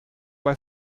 bei